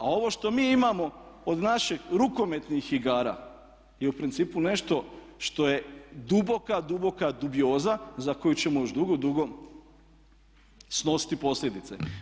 A ovo što mi imamo od naših rukometnih igara je u principu nešto što je duboka, duboka dubioza za koju ćemo još dugo, dugo snositi posljedice.